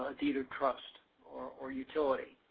ah either trust or or utility,